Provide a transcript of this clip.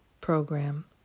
program